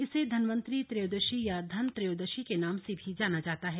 इसे धनवंतरि त्रयोदशी या धन त्रयोदशी के नाम से भी जाना जाता है